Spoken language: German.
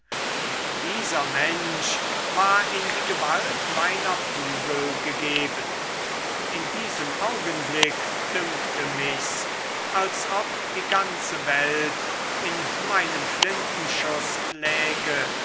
und dieser mensch war in die gewalt meiner kugel gegeben in diesem augenblick dünkte michs als ob die ganze welt in meinem flintenschuß läge